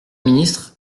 ministre